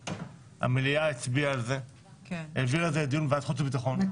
במליאה, והמליאה העבירה את זה לוועדת חוץ וביטחון.